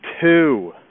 two